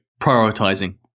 prioritizing